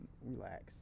Relax